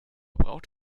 braucht